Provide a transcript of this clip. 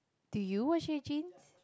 do you wash your jeans